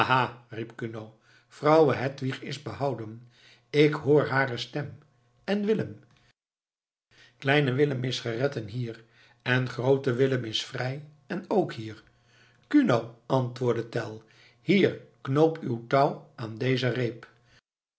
kuno vrouwe hedwig is behouden ik hoor hare stem en willem kleine willem is gered en hier en groote willem is vrij en ook hier kuno antwoordde tell hier knoop uw touw aan deze reep